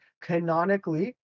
canonically